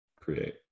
create